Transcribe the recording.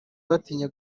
batinya